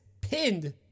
pinned